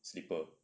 slipper